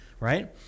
Right